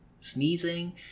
sneezing